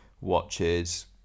watches